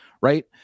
right